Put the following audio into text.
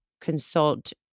consult